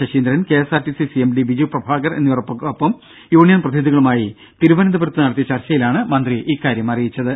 Saseendran KSRTC CMD Biju Prabhakar എന്നിവർക്കൊപ്പം union പ്രതിനിധികളുമായി തിരുവനന്തപുരത്ത് നടത്തിയ ചർച്ചയിലാണ് മന്ത്രി ഇക്കാര്യം അറിയിച്ചത്